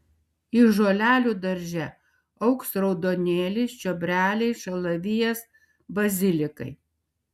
iš žolelių darže augs raudonėlis čiobreliai šalavijas bazilikai